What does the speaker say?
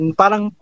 parang